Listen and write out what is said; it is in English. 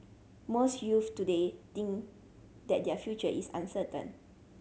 most youths today think that their future is uncertain